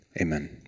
amen